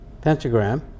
pentagram